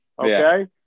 Okay